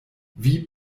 wie